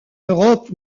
europe